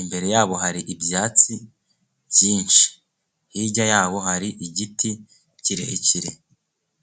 imbere yabo hari ibyatsi byinshi hirya yabo hari igiti kirekire.